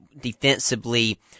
defensively